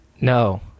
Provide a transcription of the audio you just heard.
No